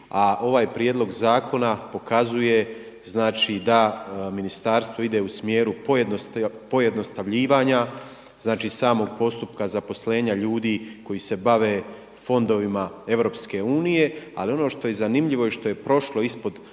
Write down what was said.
ovaj prijedlog zakona pokazuje, znači da ministarstvo ide u smjeru pojednostavljivanja, znači samog postupka zaposlenja ljudi koji se bave fondovima EU. Ali ono što je zanimljivo i što je prošlo ispod